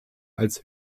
als